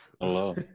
Hello